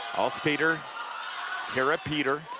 all stater kara peter,